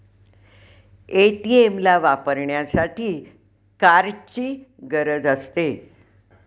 ATM ला वापरण्यासाठी कार्डची गरज असते